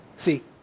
See